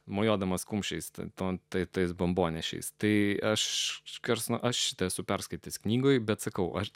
mojuodamas kumščiais tad tais tais bombonešiais tai aš skersą aš esu perskaitęs knygoje bet sakau aš